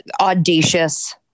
Audacious